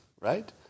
Right